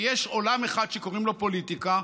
שיש עולם אחד שקוראים לו פוליטיקה,